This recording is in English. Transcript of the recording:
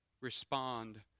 respond